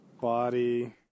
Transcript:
Body